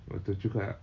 betul juga